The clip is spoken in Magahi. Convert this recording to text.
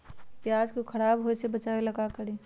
प्याज को खराब होय से बचाव ला का करी?